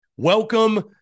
Welcome